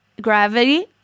gravity